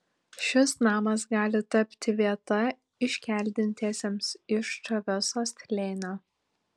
šis namas gali tapti vieta iškeldintiesiems iš čaveso slėnio